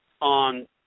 on